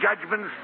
judgments